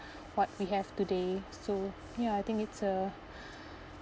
what we have today so ya I think it's a